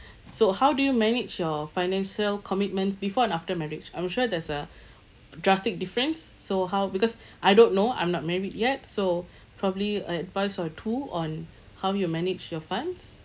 so how do you manage your financial commitments before and after marriage I'm sure there's a drastic difference so how because I don't know I'm not married yet so probably advice or two on how you manage your funds